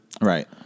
Right